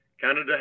Canada